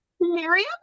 Miriam